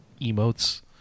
emotes